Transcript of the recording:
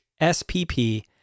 SPP